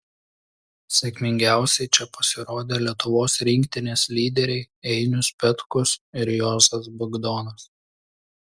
sėkmingiausiai čia pasirodė lietuvos rinktinės lyderiai einius petkus ir juozas bagdonas